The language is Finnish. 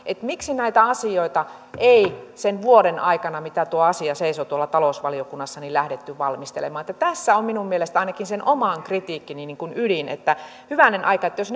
miksi näitä asioita ei sen vuoden aikana minkä tuo asia seisoi talousvaliokunnassa lähdetty valmistelemaan tässä on ainakin oman kritiikkini ydin hyvänen aika jos